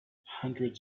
hundreds